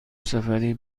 سفری